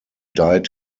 died